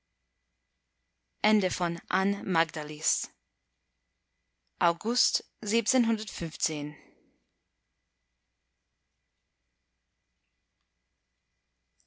an magdalis als